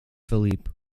philippe